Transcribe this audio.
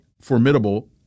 formidable